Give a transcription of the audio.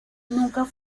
nunca